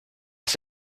aus